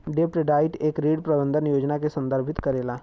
डेब्ट डाइट एक ऋण प्रबंधन योजना के संदर्भित करेला